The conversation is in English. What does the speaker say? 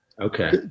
okay